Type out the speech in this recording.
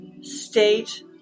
state